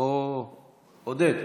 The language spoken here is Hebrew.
או עודד?